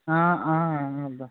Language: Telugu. దా